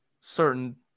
certain